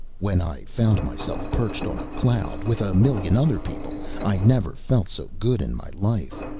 when i found myself perched on a cloud, with a million other people, i never felt so good in my life.